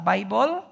Bible